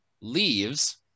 leaves